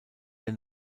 der